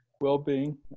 Well-being